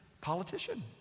politician